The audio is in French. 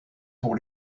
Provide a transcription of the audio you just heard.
pour